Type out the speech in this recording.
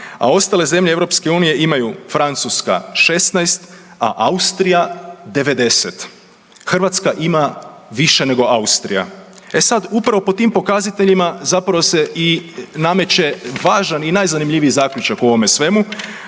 a ostale zemlje Europske unije imaju Francuska 16 a Austrija 90. Hrvatska ima više nego Austrija. E sada upravo po tim pokazateljima zapravo se i nameće važan i najzanimljiviji zaključak u ovome svemu,